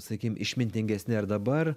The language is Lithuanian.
sakykim išmintingesni ar dabar